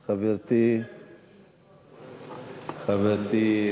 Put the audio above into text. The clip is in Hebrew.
לחברתי, חברתנו.